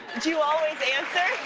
do you always answer?